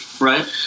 Right